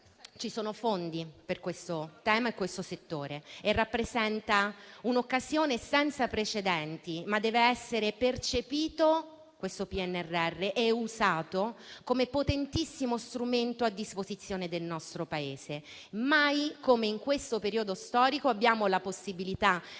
ci sono fondi per questo tema e per questo settore. Il Piano rappresenta un'occasione senza precedenti, ma deve essere percepito e usato come potentissimo strumento a disposizione del nostro Paese. Mai come in questo periodo storico abbiamo la possibilità di